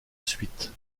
suite